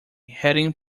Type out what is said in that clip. heading